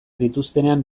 dituztenen